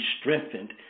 strengthened